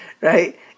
right